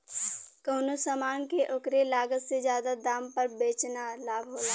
कउनो समान के ओकरे लागत से जादा दाम पर बेचना लाभ होला